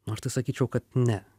nu aš tai sakyčiau kad ne